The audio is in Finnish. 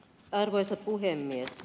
arvoisa puhemies